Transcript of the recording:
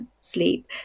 sleep